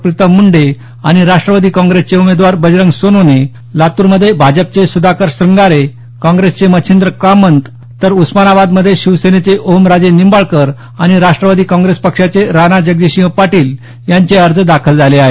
प्रीतम मुंडे आणि राष्ट्रवादी कॉंप्रेसचे उमेदवार बजरंग सोनवणे लातूरमध्ये भाजपचे सुधाकर श्रृंगारे काँग्रेसचे मच्छिंद्र कामंत तर उस्मानाबादमध्ये शिवसेनेचे ओमराजे निंबाळकर आणि राष्ट्रवादी काँप्रेस पक्षाचे राणा जगजितसिंह पाटील यांचे अर्ज दाखल झाले आहेत